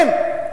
אין.